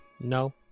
no